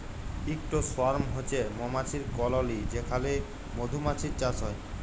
ইকট সোয়ার্ম হছে মমাছির কললি যেখালে মধুমাছির চাষ হ্যয়